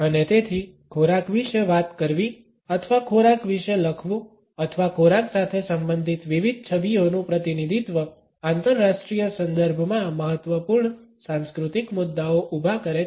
અને તેથી ખોરાક વિશે વાત કરવી અથવા ખોરાક વિશે લખવું અથવા ખોરાક સાથે સંબંધિત વિવિધ છબીઓનું પ્રતિનિધિત્વ આંતરરાષ્ટ્રીય સંદર્ભમાં મહત્વપૂર્ણ સાંસ્કૃતિક મુદ્દાઓ ઉભા કરે છે